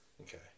Okay